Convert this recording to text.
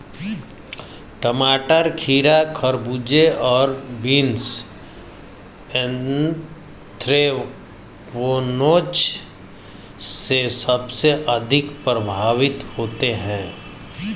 टमाटर, खीरा, खरबूजे और बीन्स एंथ्रेक्नोज से सबसे अधिक प्रभावित होते है